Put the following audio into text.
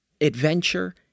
adventure